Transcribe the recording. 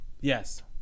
Yes